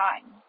time